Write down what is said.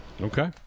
okay